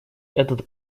этот